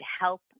help